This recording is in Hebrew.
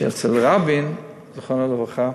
שאצל רבין, זיכרונו לברכה,